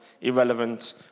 irrelevant